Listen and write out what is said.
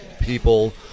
people